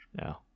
No